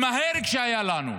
עם ההרג שהיה לנו,